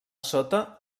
sota